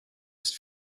ist